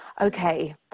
Okay